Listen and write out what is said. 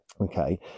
okay